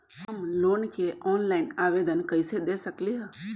हम लोन के ऑनलाइन आवेदन कईसे दे सकलई ह?